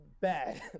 bad